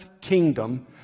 kingdom